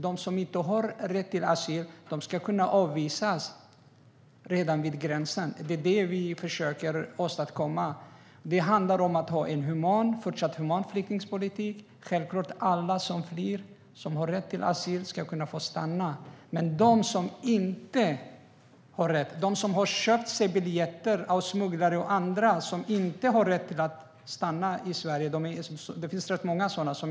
De som inte har rätt till asyl ska kunna avvisas redan vid gränsen. Det är vad vi försöker åstadkomma. Det handlar om att ha en fortsatt human flyktingpolitik. Självklart ska alla som flyr och har rätt till asyl kunna få stanna. Men det finns de som inte har rätt att stanna i Sverige och köpt sig biljetter av smugglare och andra. Det finns rätt många sådana.